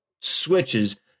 switches